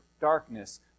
darkness